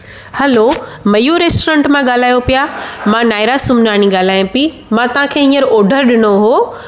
हलो Mayur restaurant मां ॻाल्हायो पिया मां नायरा सुमनानी ॻाल्हायां पई मां तव्हांखे हींअर ऑडर ॾिनो हुयो